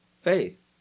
faith